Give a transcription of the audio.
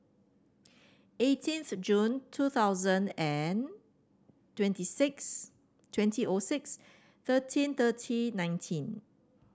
eighteenth June two thousand and twenty six twenty O six thirteen thirty nineteen